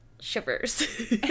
shivers